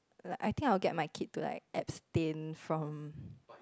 like I think I will get my kid to like abstain from